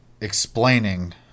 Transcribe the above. explaining